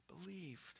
believed